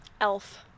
elf